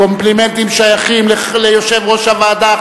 הקומפלימנטים שייכים ליושב-ראש הוועדה,